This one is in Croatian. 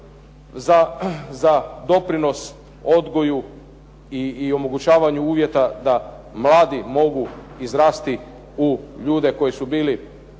za doprinos odgoju i omogućavanju uvjeta da mladi mogu izrasti u ljude koji su bili